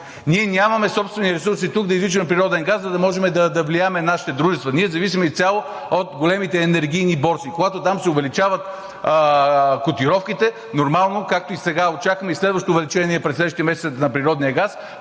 Ние нямаме собствени ресурси тук да извличаме природен газ, за да можем да влияем на нашите дружества. Ние зависим изцяло от големите енергийни борси. Когато там се увеличават котировките, нормално е, както и сега, очакваме и следващо увеличение през следващите месеци на природния газ.